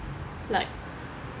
like